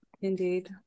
indeed